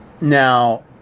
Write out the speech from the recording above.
Now